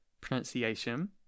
pronunciation